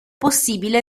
possibile